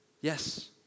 Yes